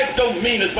don't mean as